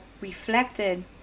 reflected